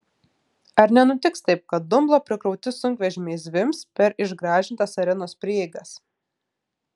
ar nenutiks taip kad dumblo prikrauti sunkvežimiai zvimbs per išgražintas arenos prieigas